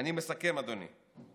אני מסכם, אדוני.